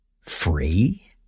Free